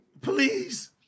Please